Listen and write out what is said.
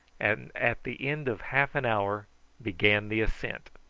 and at the end of half an hour began the ascent.